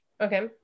okay